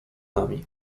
nami